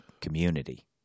community